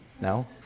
No